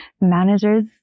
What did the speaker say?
managers